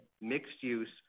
mixed-use